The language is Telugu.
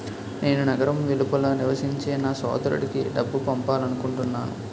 నేను నగరం వెలుపల నివసించే నా సోదరుడికి డబ్బు పంపాలనుకుంటున్నాను